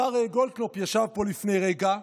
השר גולדקנופ, שישב פה לפני רגע,